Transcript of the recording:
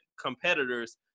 competitors